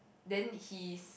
then he's